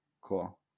cool